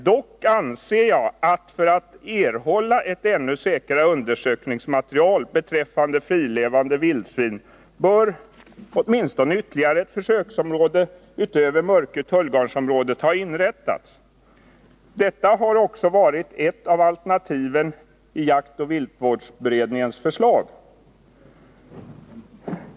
Dock anser jag att man, för att erhålla ett ännu säkrare undersökningsmateriel beträffande frilevande vildsvin, bör inrätta åtminstone ytterligare ett försöksområde utöver Mörkö-Tullgarnsområdet. Detta har också varit ett av alternativen i jaktoch viltvårdsberedningens förslag.